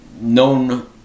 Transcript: known